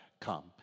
come